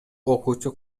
окуучу